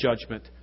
judgment